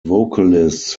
vocalists